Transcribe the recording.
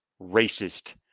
racist